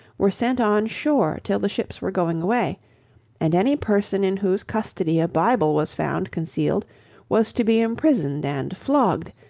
were sent on shore till the ships were going away and any person in whose custody a bible was found concealed was to be imprisoned and flogged,